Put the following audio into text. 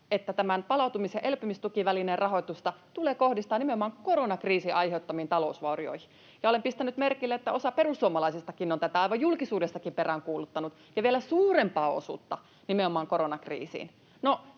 tämän palautumis- ja elpymistukivälineen rahoitusta tulee kohdistaa nimenomaan koronakriisin aiheuttamiin talousvaurioihin. Ja olen pistänyt merkille, että osa perussuomalaisistakin on tätä aivan julkisuudessakin peräänkuuluttanut ja vielä suurempaa osuutta nimenomaan koronakriisiin.